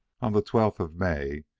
on the twelfth of may,